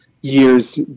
years